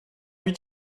huit